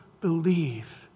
believe